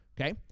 Okay